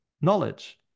knowledge